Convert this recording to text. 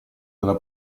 della